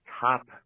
top